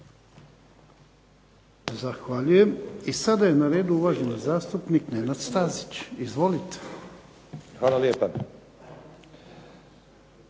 Zahvaljujem. I sada je na redu uvaženi zastupnik Nenad Stazić. Izvolite. **Stazić,